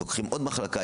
לוקחים עוד מחלקה,